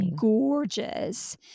gorgeous